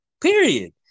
period